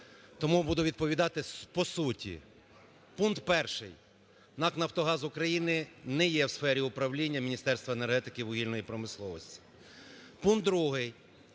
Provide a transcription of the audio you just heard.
Тому буду відповідати по суті. Пункт перший. НАК "Нафтогаз України" не є в сфері управління Міністерства енергетики вугільної промисловості. Пункт другий.